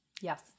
Yes